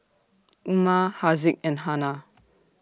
Umar Haziq and Hana